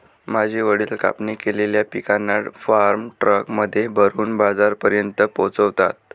माझे वडील कापणी केलेल्या पिकांना फार्म ट्रक मध्ये भरून बाजारापर्यंत पोहोचवता